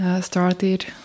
started